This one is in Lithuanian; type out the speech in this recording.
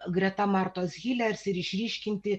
greta martos hilers ir išryškinti